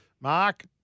Mark